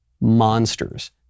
monsters